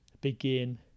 begin